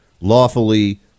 lawfully